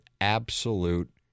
absolute